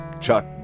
Chuck